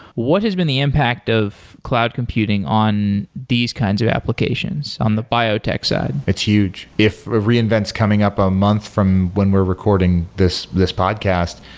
what has been the impact of cloud computing on these kinds of applications on the biotech side? it's huge. if reinvents coming up a month from when we're recording this this podcast,